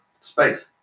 space